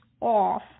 off